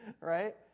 right